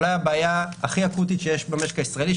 אולי הבעיה הכי אקוטית שיש במשק הישראלי,